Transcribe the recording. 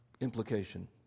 implication